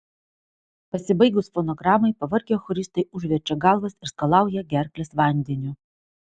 pasibaigus fonogramai pavargę choristai užverčia galvas ir skalauja gerkles vandeniu